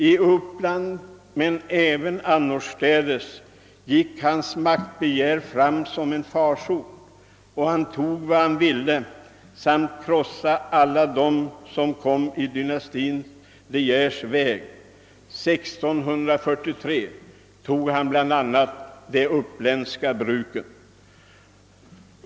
I Uppland men även annorstädes gick hans maktbegär fram som en farsot, och han tog vad han ville samt krossade alla dem som kom i dynastin De Geers väg. 1643 tog han bl.a. de uppländska bruken.